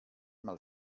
mal